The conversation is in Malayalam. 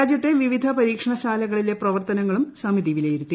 രാജ്യത്തെ വിവിധ പരീക്ഷണ ശാലകളിലെ പ്രവർത്തനങ്ങളും സമിതി വിലയിരുത്തി